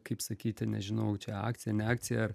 kaip sakyti nežinau čia akcija ne akcija